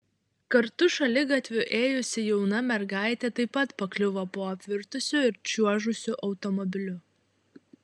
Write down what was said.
kartu šaligatviu ėjusi jauna mergaitė taip pat pakliuvo po apvirtusiu ir čiuožusiu automobiliu